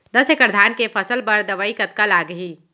दस एकड़ धान के फसल बर दवई कतका लागही?